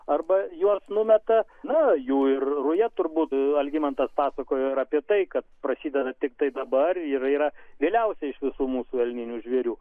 arba juos numeta na o jų ir ruja turbūt algimantas pasakojo ir apie tai kad prasideda tiktai dabar ir yra vėliausia iš visų mūsų elninių žvėrių